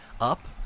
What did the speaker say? up